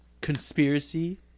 Conspiracy